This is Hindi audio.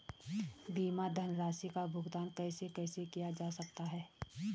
बीमा धनराशि का भुगतान कैसे कैसे किया जा सकता है?